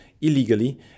illegally